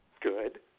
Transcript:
Good